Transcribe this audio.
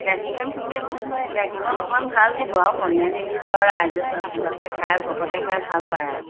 গাখীৰকণ খালি অকণমান গাখীৰকণ অকণমান ভাল দিব আৰু পনিয়া নিদিব আৰু ৰাইজে যাতে খাই ভকতে খাই ভাল পায় আৰু